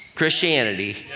Christianity